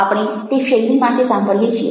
આપણે તે શૈલી માટે સાંભળીએ છીએ